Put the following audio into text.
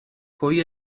pwy